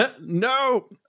No